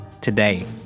today